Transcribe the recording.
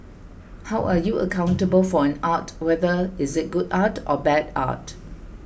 how are you accountable for an art whether is it good art or bad art